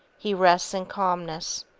he rests in calmness,